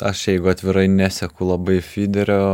aš jeigu atvirai neseku labai fiderio